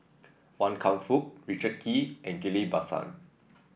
Wan Kam Fook Richard Kee and Ghillie Basan